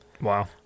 Wow